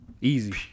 easy